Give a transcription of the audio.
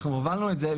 הובלנו את זה,